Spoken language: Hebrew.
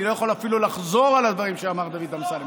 אני אפילו לא יכול לחזור על הדברים שאמר דוד אמסלם,